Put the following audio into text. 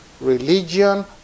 religion